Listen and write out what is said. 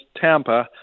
Tampa